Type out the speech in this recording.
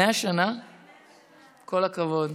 כל הכבוד.